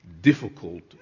difficult